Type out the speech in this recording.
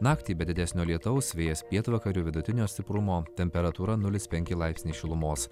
naktį be didesnio lietaus vėjas pietvakarių vidutinio stiprumo temperatūra nulis penki laipsniai šilumos